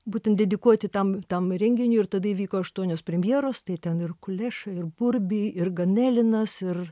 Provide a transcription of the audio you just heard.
būtent dedikuoti tam tam renginiui ir tada įvyko aštuonios premjeros tai ten ir kuleša ir burbi ir ganelinas ir